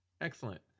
excellent